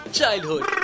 Childhood